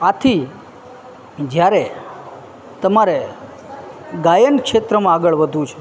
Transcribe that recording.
આથી જ્યારે તમારે ગાયન ક્ષેત્રમાં આગળ વધવું છે